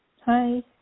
Hi